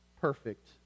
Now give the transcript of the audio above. perfect